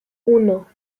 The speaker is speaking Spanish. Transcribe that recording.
uno